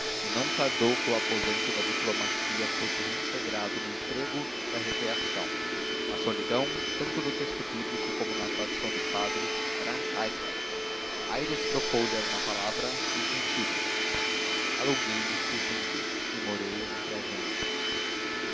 e não tardou que o aposentado da diplomacia fosse reintegrado no emprego da recreação a solidão tanto no texto bíblico como na tradução do padre era arcaica aires trocou lhe uma palavra e o sentido alonguei me fugindo e morei entre a gente